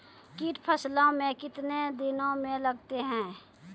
कीट फसलों मे कितने दिनों मे लगते हैं?